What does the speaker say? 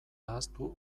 ahaztu